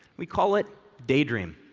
we call it daydream.